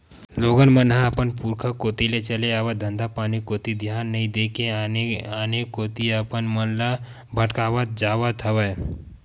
लोगन मन ह अपन पुरुखा कोती ले चले आवत धंधापानी कोती धियान नइ देय के आने आने कोती अपन मन ल भटकावत जावत हवय